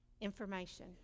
information